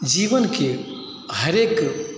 जीवन के हरेक